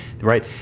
right